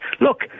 Look